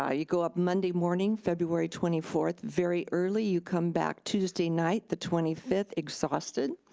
ah you go up monday morning, february twenty fourth very early. you come back tuesday night, the twenty fifth exhausted.